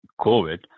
COVID